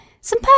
some